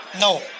No